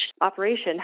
operation